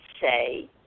say